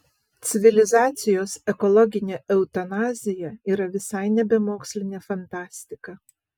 civilizacijos ekologinė eutanazija yra visai nebe mokslinė fantastika